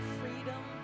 freedom